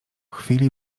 chwili